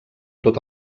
tot